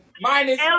minus